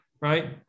right